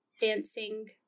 dancing